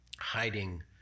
hiding